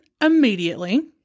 immediately